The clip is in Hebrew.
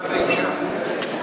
מה פתאום ועדת מעמד האישה?